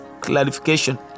clarification